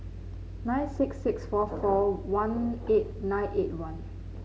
nine six six four four one eight nine eight one